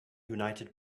united